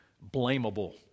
blamable